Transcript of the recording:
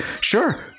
Sure